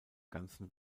ganzen